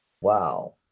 Wow